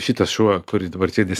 šitas šuo kuris dabar sėdi